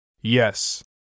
Yes